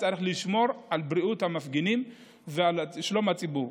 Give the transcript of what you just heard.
צריך לשמור על בריאות המפגינים ועל שלום הציבור.